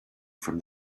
from